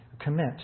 commit